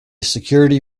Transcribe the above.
security